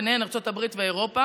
ביניהן ארצות הברית ואירופה.